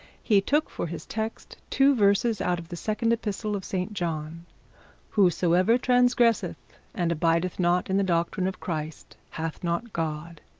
he took for his text two verses out of the second epistle of st john whosoever trangresseth, and abideth not in the doctrine of christ, hath not god.